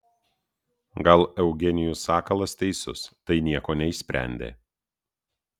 gal eugenijus sakalas teisus tai nieko neišsprendė